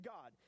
God